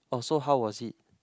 oh so how was it